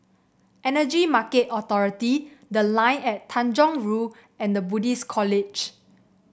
Energy Market Authority The Line at Tanjong Rhu and The Buddhist College